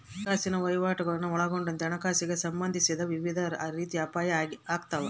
ಹಣಕಾಸಿನ ವಹಿವಾಟುಗುಳ್ನ ಒಳಗೊಂಡಂತೆ ಹಣಕಾಸಿಗೆ ಸಂಬಂಧಿಸಿದ ವಿವಿಧ ರೀತಿಯ ಅಪಾಯ ಆಗ್ತಾವ